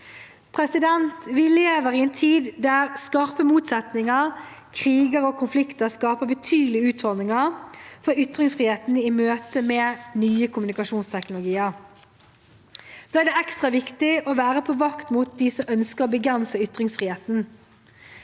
utviklingen. Vi lever i en tid der skarpe motsetninger, kriger og konflikter skaper betydelige utfordringer for ytringsfriheten i møte med nye kommunikasjonsteknologier. Da er det ekstra viktig å være på vakt mot dem som ønsker å begrense ytringsfriheten.